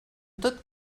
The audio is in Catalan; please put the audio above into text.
tot